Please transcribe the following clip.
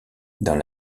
dans